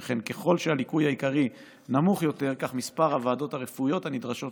שכן ככל שהליקוי העיקרי נמוך יותר כך מספר הוועדות הרפואיות הנדרשות